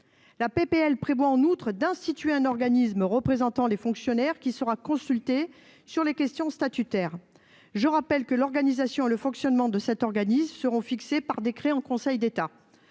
de loi prévoit en outre d'instituer un organisme représentant les fonctionnaires, qui sera consulté sur les questions statutaires. Rappelons que son organisation et son fonctionnement seront fixés par décret en Conseil d'État.